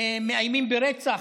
מאיימים ברצח,